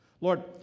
Lord